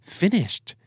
finished